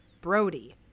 Brody